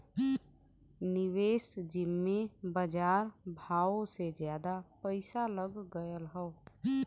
निवेस जिम्मे बजार भावो से जादा पइसा लग गएल हौ